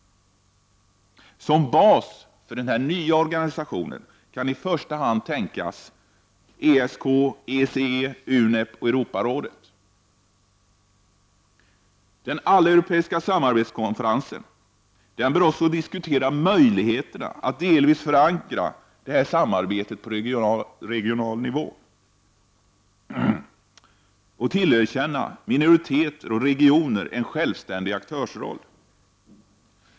Som bas för den nya organisationen kan i första hand tänkas ESK, ECE, UNEP och Europarådet. Den alleuropeiska samarbetskonferensen bör också diskutera möjligheterna att delvis förankra samarbetet på regional nivå och tillerkänna minoriteter och regioner en självständig aktörsroll.